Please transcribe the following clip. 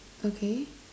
okay